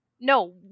no